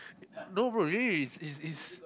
no bro really really it it's it's